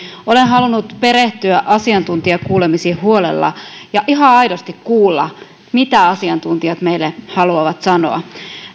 olen halunnut perehtyä asiantuntijakuulemisiin huolella ja ihan aidosti kuulla mitä asiantuntijat meille haluavat sanoa